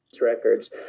records